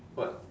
what